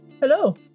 Hello